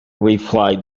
replied